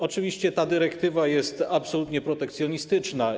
Oczywiście ta dyrektywa jest absolutnie protekcjonistyczna.